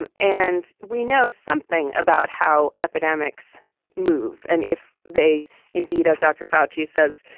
and and we know something about how epidemics move. and if they indeed, as dr. foushee says,